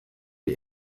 die